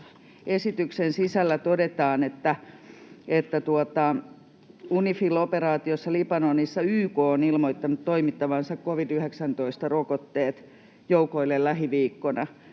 esityksen sisällä todetaan, että ”UNIFIL-operaatiossa Libanonissa YK on ilmoittanut toimittavansa covid-19-rokotteet joukoille lähiviikkoina”.